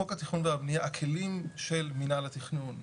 הכלים של מינהל התכנון,